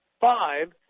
five